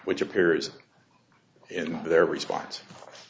which appears in their response